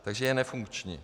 Takže je nefunkční.